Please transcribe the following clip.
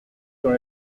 dans